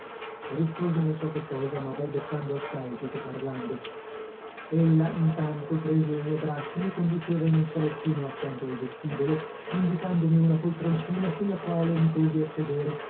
risposi non so che cosa ma balbettando assai più che parlando ella intanto preso il mio braccio mi conduceva in un salottino accanto al vestibolo indicandomi una poltroncina sulla quale mi posi a sedere